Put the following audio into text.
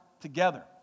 together